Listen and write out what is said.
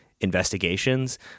investigations